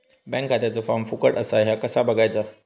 Bank खात्याचो form फुकट असा ह्या कसा बगायचा?